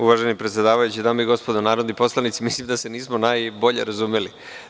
Uvaženi predsedavajući, dame i gospodo narodni poslanici, mislim da se nismo najbolje razumeli.